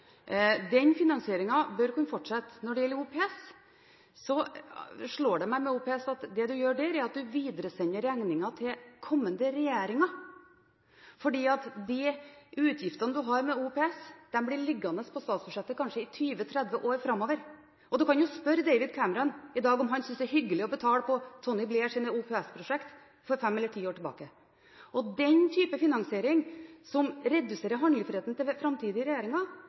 Den finansieringen bør kunne fortsette. Når det gjelder OPS, slår det meg at det man gjør der, er å videresende regningen til kommende regjeringer, fordi de utgiftene man har med OPS, blir liggende på statsbudsjettet i kanskje 20–30 år framover. Man kan jo spørre David Cameron i dag om han synes det er hyggelig å betale på Tony Blairs OPS-prosjekter for fem eller ti år tilbake. Den type finansiering, som reduserer handlefriheten til framtidige regjeringer,